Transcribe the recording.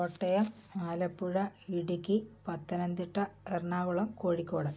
Kottayam Alappuzha Idukki Pathanamthitta Ernakulam Kozhikode